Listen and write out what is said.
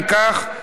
אם כך,